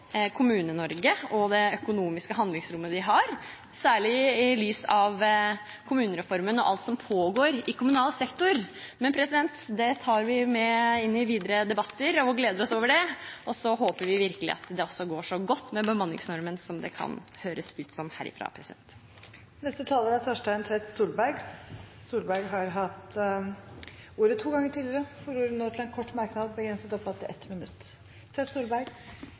og det økonomiske handlingsrommet de har, særlig i lys av kommunereformen og alt som pågår i kommunal sektor. Men det tar vi med inn i videre debatter og gleder oss over det. Så håper vi virkelig at det går så godt med bemanningsnormen som det kan høres ut som herfra. Representanten Torstein Tvedt Solberg har hatt ordet to ganger tidligere i debatten og får ordet til en kort merknad, begrenset til 1 minutt.